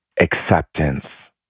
acceptance